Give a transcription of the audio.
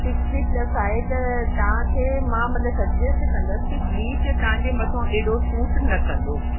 sixty plus आहे त तव्हांखे मां मतलबु सजेस्ट कंदसि कि ब्लीच तव्हांजे मथां हेॾो सूट न कंदो